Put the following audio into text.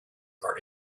are